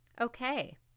Okay